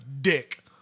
Dick